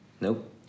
Nope